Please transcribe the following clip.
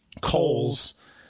coals